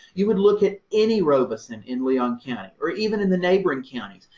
you would look at any robison in leon county or even in the neighboring counties,